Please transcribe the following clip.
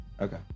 okay